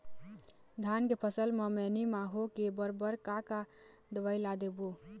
धान के फसल म मैनी माहो के बर बर का का दवई ला देबो?